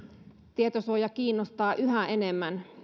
tietosuoja kiinnostaa enemmän